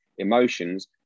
emotions